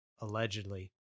allegedly